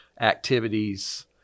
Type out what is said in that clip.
activities